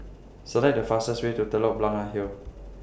Select The fastest Way to Telok Blangah Hill